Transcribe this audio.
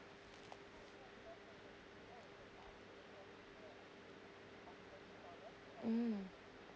mm